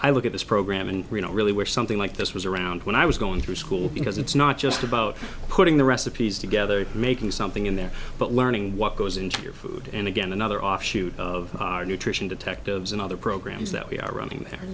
i look at this program and you know really where something like this was around when i was going through school because it's not just about putting the recipes together making something in there but learning what goes into your food and again another offshoot of our nutrition detectives and other programs that we are running